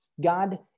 God